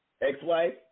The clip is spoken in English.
Ex-wife